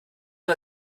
man